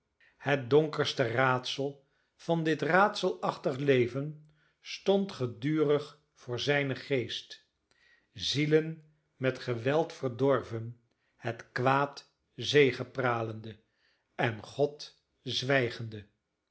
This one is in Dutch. het donkerste raadsel van dit raadselachtig leven stond gedurig voor zijnen geest zielen met geweld verdorven het kwaad zegepralende en god zwijgende